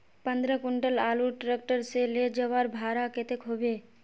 पंद्रह कुंटल आलूर ट्रैक्टर से ले जवार भाड़ा कतेक होबे?